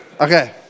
Okay